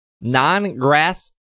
non-grass